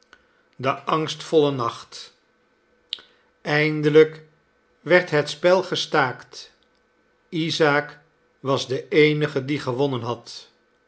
de angstvolle nacht eindelijk werd het spel gestaakt isaak was de eenige die gewonnen had